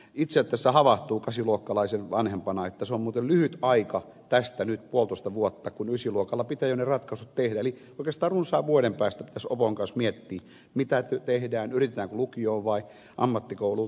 itse tässä havahtuu kasiluokkalaisen vanhempana että se on muuten lyhyt aika tästä nyt puolitoista vuotta kun ysiluokalla pitää jo ne ratkaisut tehdä eli oikeastaan runsaan vuoden päästä pitäisi opon kanssa miettiä mitä tehdään yritetäänkö lukioon vai ammattikouluun